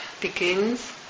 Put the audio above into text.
begins